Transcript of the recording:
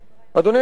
אדוני היושב-ראש,